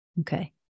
Okay